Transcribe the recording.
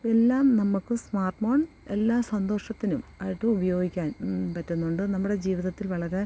എല്ലാം നമുക്ക് smart phone എല്ലാ സന്തോഷത്തിനും ആയിട്ട് ഉപയോഗിക്കാൻ പറ്റുന്നുണ്ട് നമ്മുടെ ജീവിതത്തിൽ വളരെ